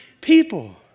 people